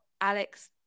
alex